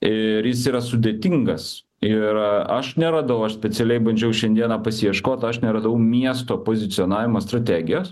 ir jis yra sudėtingas ir aš neradau aš specialiai bandžiau šiandieną pasiieškot aš neradau miesto pozicionavimo strategijos